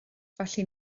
felly